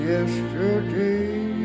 Yesterday